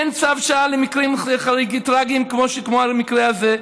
אין צו שעה למקרים טרגיים כמו המקרה הזה.